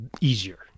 easier